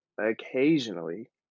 occasionally